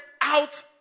out